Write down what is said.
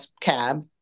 cab